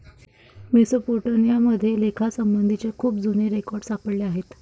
Mesopotamia मध्ये लेखासंबंधीचे खूप जुने रेकॉर्ड सापडले आहेत